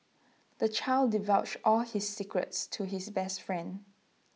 the child divulged all his secrets to his best friend